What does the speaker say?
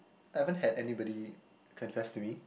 I haven't had anybody confess to me